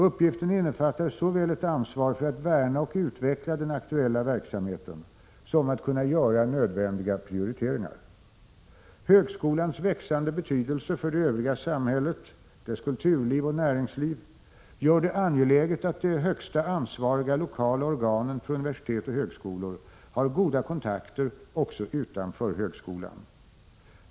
Uppgiften innefattar såväl ett ansvar för att värna och utveckla den aktuella verksamheten som en förmåga att göra nödvändiga prioriteringar. Högskolans växande betydelse för samhället, dess kulturliv och näringsliv gör det angeläget att de högsta ansvariga lokala organen för universitet och högskolor har goda kontakter också utanför högskolan.